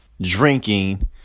drinking